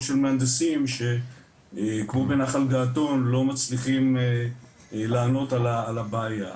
של מהנדסים שכמו בנחל געתון לא מצליחים לענות על הבעיה.